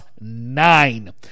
nine